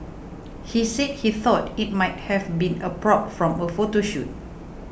he said he thought it might have been a prop from a photo shoot